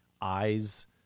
eyes